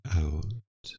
out